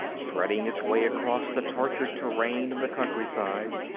threading its way across the tortured terrain of the countryside.